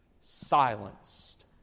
silenced